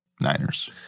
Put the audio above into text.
Niners